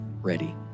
ready